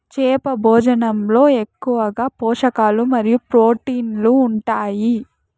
చేప భోజనంలో ఎక్కువగా పోషకాలు మరియు ప్రోటీన్లు ఉంటాయి